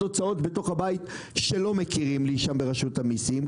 אבל יש עוד הרבה מאוד הוצאות בתוך הבית שלא מכירים לי בהן ברשות המיסים,